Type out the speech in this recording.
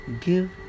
give